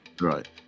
Right